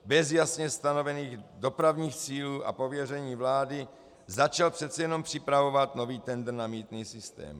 Bez jasně stanovených dopravních cílů a pověření vlády začal přece jen připravovat nový tendr na mýtný systém.